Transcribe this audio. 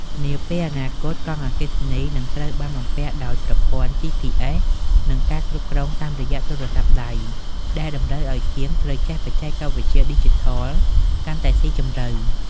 នាពេលអនាគត កង់អគ្គិសនីនឹងត្រូវបានបំពាក់ដោយប្រព័ន្ធ GPS និងការគ្រប់គ្រងតាមរយៈទូរស័ព្ទដៃ ដែលតម្រូវឱ្យជាងត្រូវចេះបច្ចេកវិទ្យាឌីជីថលកាន់តែស៊ីជម្រៅ។